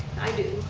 i do.